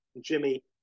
Jimmy